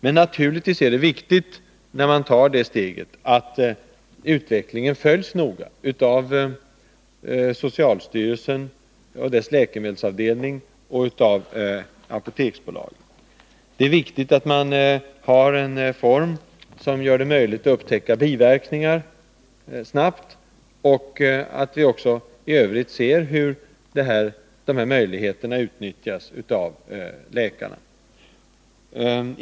Men naturligtvis är det viktigt, när man tar det steget, att utvecklingen följs noga av socialstyrelsen och dess läkemedelsavdelning och av Apoteksbolaget. Det är viktigt att man har en arbetsform som gör det möjligt att upptäcka biverkningar snabbt och att vi ser hur de här möjligheterna utnyttjas av läkarna.